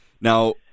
Now